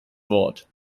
wort